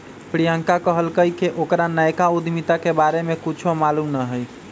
प्रियंका कहलकई कि ओकरा नयका उधमिता के बारे में कुछो मालूम न हई